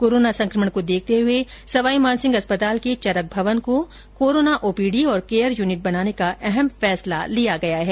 corona संकमण को देखते हुए सवाई मानसिंह अस्पताल के चरक भवन को कोरोना ओपीडी तथा केयर यूनिट बनाने का अहम फैसला लिया गया है